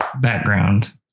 background